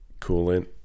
coolant